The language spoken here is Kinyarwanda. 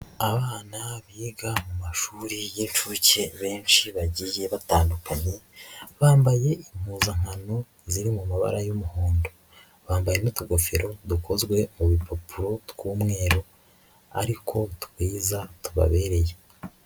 Abana biga mu mashuri y'inshuke benshi bagiye batandukanye, bambaye impuzankano ziri mu mabara y'umuhondo, bambaye n'utugofero dukozwe mu bipapuro tw'umweru, ariko twiza tubabereye.